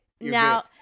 Now